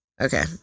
Okay